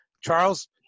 Charles